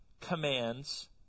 commands